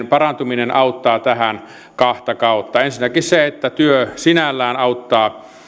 parantuminen auttaa tähän kahta kautta ensinnäkin niin että työ sinällään auttaa